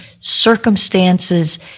circumstances